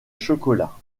chocolat